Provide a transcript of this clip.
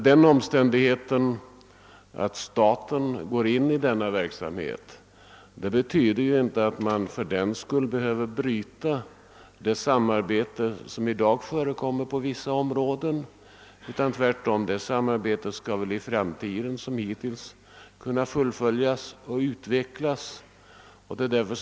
Den omständigheten att staten går in i denna verksamhet betyder inte att man bryter det samarbete som i dag förekommer på vissa områden — tvärtom skall väl det samarbetet kunna fullföljas i framtiden och utvecklas liksom hittills.